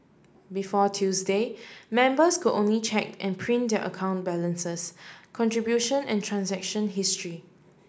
before Tuesday members could only check and print their account balances contribution and transaction history